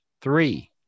three